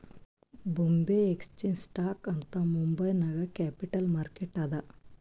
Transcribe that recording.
ಬೊಂಬೆ exchange stock ಅಂತ್ ಮುಂಬೈ ನಾಗ್ capital market ಅದಾ